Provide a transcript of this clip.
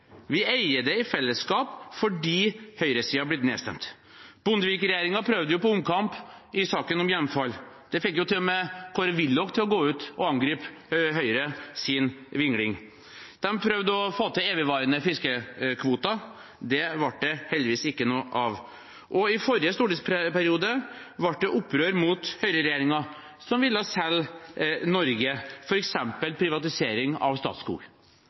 Vi eier det i fellesskap fordi høyresiden er blitt nedstemt. Bondevik-regjeringen prøvde på omkamp i saken om hjemfall. Det fikk til og med Kåre Willoch til å gå ut og angripe Høyres vingling. De prøvde å få til evigvarende fiskekvoter. Det ble det heldigvis ikke noe av. Og i forrige stortingsperiode ble det opprør mot høyreregjeringen, som ville selge Norge, f.eks. gjennom privatisering av